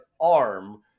arm